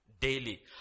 daily